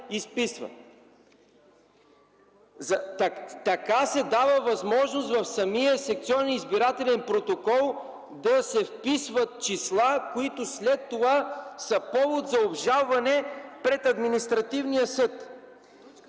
Така се дава възможност в самия секционен избирателен протокол да се вписват числа, които след това са повод за обжалване пред административния съд.